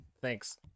thanks